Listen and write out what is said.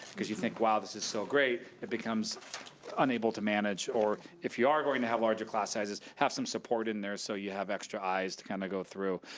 cause you think, wow, this is so great, it becomes unable to manage, or if you are going to have larger class sizes, have some support in there so you have extra eyes to kind of go through.